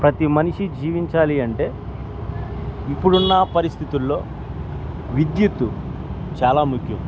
ప్రతి మనిషి జీవించాలి అంటే ఇప్పుడున్న పరిస్థితుల్లో విద్యుత్ చాలా ముఖ్యం